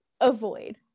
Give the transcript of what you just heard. avoid